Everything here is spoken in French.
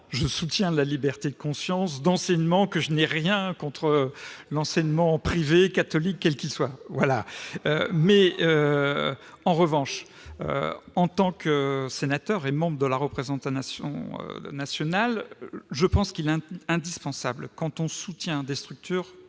je soutiens la liberté de conscience et je n'ai rien contre l'enseignement privé, catholique ou quel qu'il soit. Toutefois, en tant que sénateur et membre de la représentation nationale, il est selon moi indispensable, quand on soutient des structures